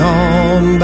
on